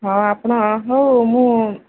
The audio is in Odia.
ହଁ ଆପଣ ହଉ ମୁଁ